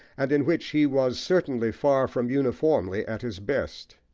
and in which he was certainly far from uniformly at his best.